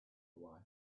away